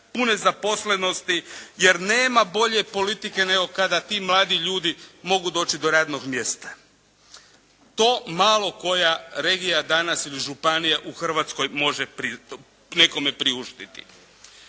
pune zaposlenosti jer nema bolje politike nego kada ti mladi ljudi mogu doći do radnog mjesta. To malo koja regija danas ili županija u Hrvatskoj može nekome priuštiti.